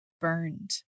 burned